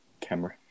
camera